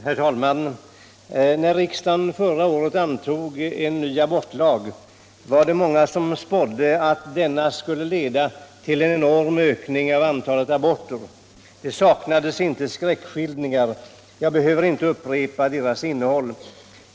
Herr talman! När riksdagen förra året antog en ny abortlag var det många som spådde att denna skulle leda till en enorm ökning av antalet aborter. Det saknades inte skräckskildringar. Jag behöver inte upprepa deras innehåll.